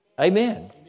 Amen